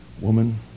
woman